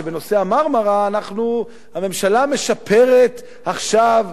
שבנושא ה"מרמרה" הממשלה משפרת עכשיו,